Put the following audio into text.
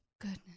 goodness